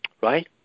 Right